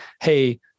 hey